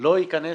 לא ייכנס